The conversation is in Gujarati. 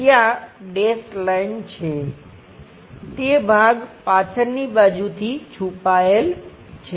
ત્યાં ડેશ લાઈન છે તે ભાગ પાછળની બાજુથી છુપાયેલ છે